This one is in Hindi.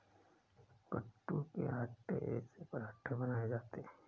कूटू के आटे से पराठे बनाये जाते है